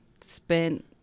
spent